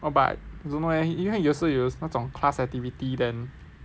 orh but don't know eh 因为有时有那种 class activity then